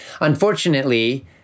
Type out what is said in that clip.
Unfortunately